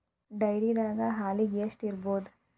ಡೈರಿದಾಗ ಹಾಲಿಗೆ ಎಷ್ಟು ಇರ್ಬೋದ್?